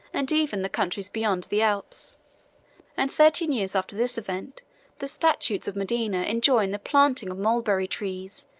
and even the countries beyond the alps and thirteen years after this event the statutes of modena enjoin the planting of mulberry-trees,